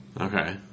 Okay